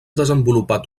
desenvolupat